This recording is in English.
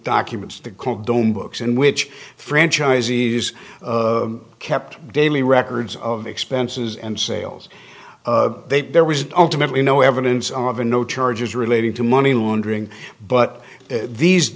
documents that called don't books in which franchisees kept daily records of expenses and sales there was ultimately no evidence of and no charges relating to money laundering but these